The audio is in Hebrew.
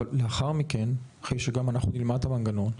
אבל לאחר מכן, אחרי שגם אנחנו נלמד את המנגנון,